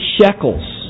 shekels